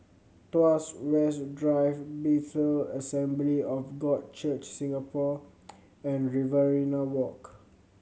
Tuas West Drive Bethel Assembly of God Church Singapore and Riverina Walk